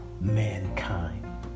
mankind